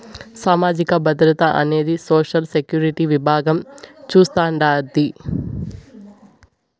సామాజిక భద్రత అనేది సోషల్ సెక్యూరిటీ విభాగం చూస్తాండాది